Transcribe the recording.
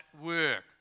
work